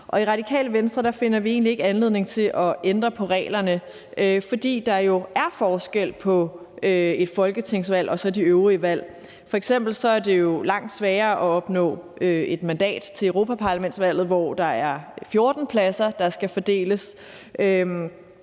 i Radikale Venstre finder vi ikke anledning til at ændre på reglerne, fordi der jo er forskel på et folketingsvalg og så de øvrige valg. F.eks. er det jo langt sværere at opnå et mandat ved europaparlamentsvalget, hvor der er 14 pladser, der skal fordeles.